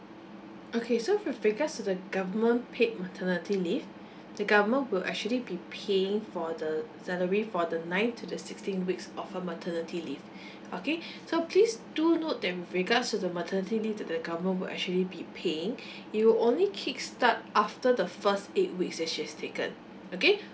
okay so with regards to the government paid maternity leave the government will actually be paying for the salary for the ninth to the sixteenth weeks of her maternity leave okay so please do note that with regards to the maternity leave that the government will actually be paying it will only kicks start after the first eight weeks that she has taken okay